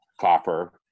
Copper